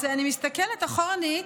אז אני מסתכלת אחורנית,